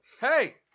Hey